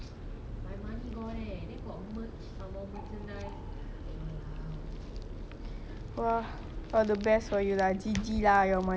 !wah! all the best for you G_G lah your money eh eh you remember or not secondary school